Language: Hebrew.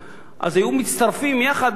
אז הם היו מצטרפים יחד לחוק אחד.